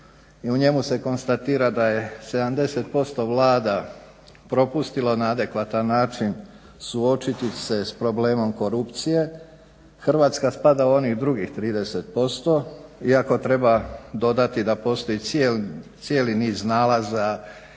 i u njemu se konstatira da je 70% vlada propustilo na adekvatan način suočiti se s problemom korupcije. Hrvatska spada u onih drugih 30%, iako treba dodati da postoji cijeli niz nalaza